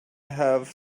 have